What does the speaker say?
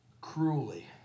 cruelly